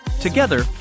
Together